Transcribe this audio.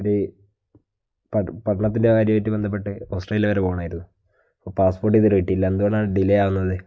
ഒരു പഠനത്തിൻ്റെ കാര്യവുമായിട്ട് ബന്ധപ്പെട്ട് ഓസ്ട്രേലിയ വരെ പോകണമായിരുന്നു അപ്പോൾ പാസ്പോർട്ട് ഇതുവരെ കിട്ടിയിട്ടില്ല എന്തുകൊണ്ടാണ് ഡിലേ ആവുന്നത്